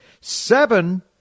seven